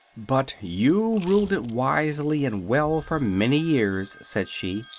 but you ruled it wisely and well for many years, said she,